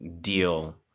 deal